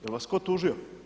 Je li vas tko tužio?